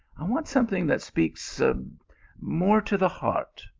i want something that speaks more to the heart.